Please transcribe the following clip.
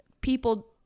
people